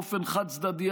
באופן חד-צדדי,